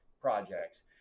projects